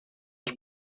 que